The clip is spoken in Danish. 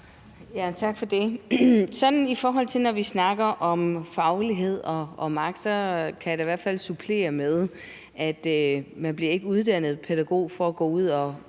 Tak for det. Når vi snakker om faglighed og magt, kan jeg da i hvert fald supplere med, at man ikke bliver uddannet pædagog for at gå ud og